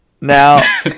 Now